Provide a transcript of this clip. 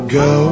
go